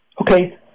Okay